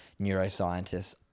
neuroscientists